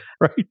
right